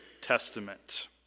Testament